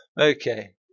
Okay